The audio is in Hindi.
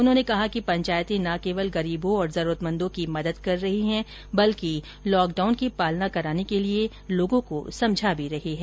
उन्होंने कहा कि पंचायतें न केवल गरीबों और जरूरतमंदों की मदद कर रही है बल्कि लॉकडाउन की पालना कराने के लिए भी लोगों को समझा रही है